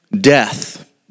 Death